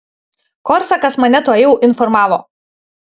korsakas mane tuojau informavo